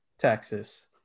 Texas